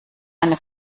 eine